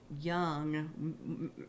young